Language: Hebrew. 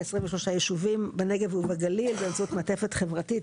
כ-23 ישובים בנגב ובגליל באמצעות מעטפת חברתית